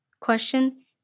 question